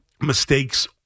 mistakes